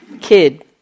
Kid